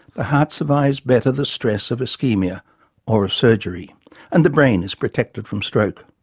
the heart survives better the stress of ischemia or of surgery and the brain is protected from stroke.